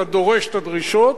שאתה דורש את הדרישות,